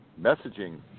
messaging